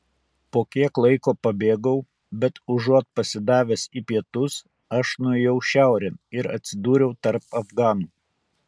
po kiek laiko pabėgau bet užuot pasidavęs į pietus aš nuėjau šiaurėn ir atsidūriau tarp afganų